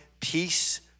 peace